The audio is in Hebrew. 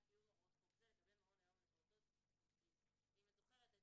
על קיום הוראות חוק זה לגבי מעון היום לפעוטות שהוא מפעיל.